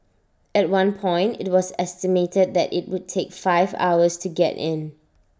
at one point IT was estimated that IT would take five hours to get in